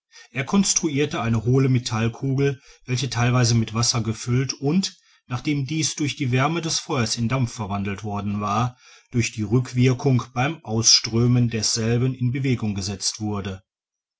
er construirte eine hohle metallkugel welche theilweise mit wasser gefüllt und nachdem dies durch die wärme des feuers in dampf verwandelt worden war durch die rückwirkung beim ausströmen desselben in bewegung gesetzt wurde